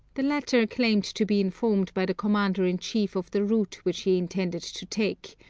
the latter claimed to be informed by the commander-in-chief of the route which he intended to take,